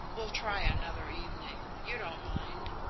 we'll try another evening. you don't mind?